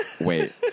wait